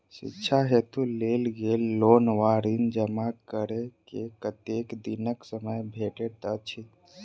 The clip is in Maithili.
शिक्षा हेतु लेल गेल लोन वा ऋण जमा करै केँ कतेक दिनक समय भेटैत अछि?